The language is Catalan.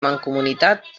mancomunitat